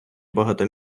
багато